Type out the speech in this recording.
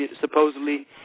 supposedly